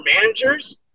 managers